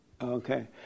Okay